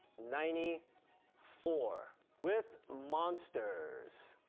ninety four with monsters.